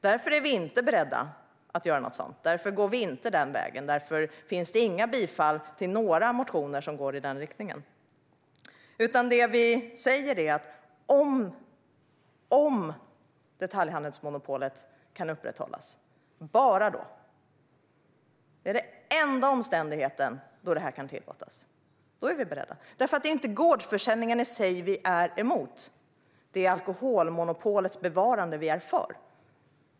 Därför är vi inte beredda att göra något sådant och att gå den vägen, och därför bifalls inga motioner som går i den riktningen. Det vi säger är att detta bara kan tillåtas om detaljhandelsmonopolet kan upprätthållas - endast under den omständigheten. Då är vi beredda, för det är inte gårdsförsäljningen i sig vi är emot. Det är alkoholmonopolets bevarande vi är för.